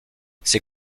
ces